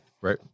Right